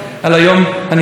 היום הוא ו' בחשוון,